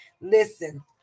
Listen